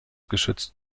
geschützt